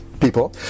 people